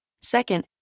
Second